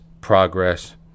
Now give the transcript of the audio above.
progress